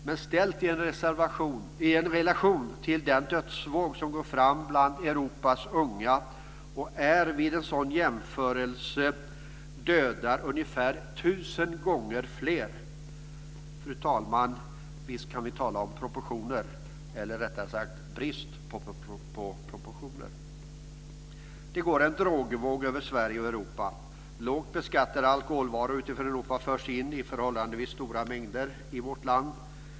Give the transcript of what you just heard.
Men ställer man detta i relation till den dödsvåg som går fram bland Europas unga så är de döda vid en sådan jämförelse 1 000 gånger fler. Visst kan vi tala om proportioner, fru talman - eller rättare sagt om brist på proportioner. Det går en drogvåg över Sverige och Europa. Lågt beskattade alkoholvaror utifrån Europa förs in i förhållandevis stora mängder i vårt land.